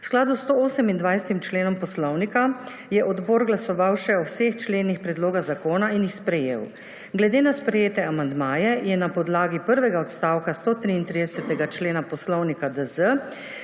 skladu s 128. členom Poslovnika Državnega zbora je odbor glasoval še o vseh členih predloga zakona in jih sprejel. Glede na sprejete amandmaje je na podlagi prvega odstavka 133. člena Poslovnika